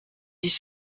dix